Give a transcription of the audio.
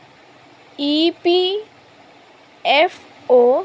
ই P F অ'